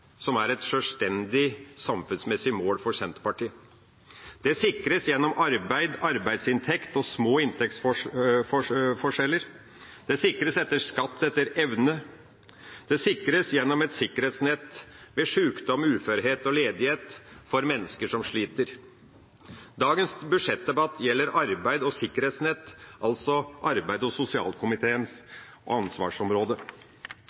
som er et sjølstendig samfunnsmessig mål for Senterpartiet. Det sikres gjennom arbeid, arbeidsinntekt og små inntektsforskjeller. Det sikres gjennom skatt etter evne. Det sikres gjennom et sikkerhetsnett ved sjukdom, uførhet og ledighet for mennesker som sliter. Dagens budsjettdebatt gjelder arbeid og sikkerhetsnett, altså arbeids- og